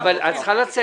אבל את צריכה לצאת, סתיו.